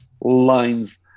lines